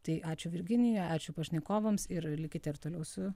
tai ačiū virginijui ačiū pašnekovams ir likite ir toliau su